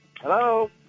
Hello